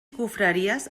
confraries